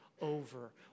over